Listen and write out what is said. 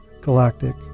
galactic